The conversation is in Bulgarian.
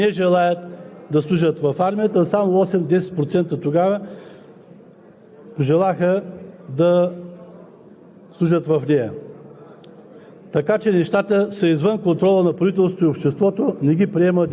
военнослужещите ходеха на мисии, службата беше атрактивна и имаше голямо желание. Въпреки това 70% от младите хора отговориха, че не желаят да служат в армията, а само 8 – 10% тогава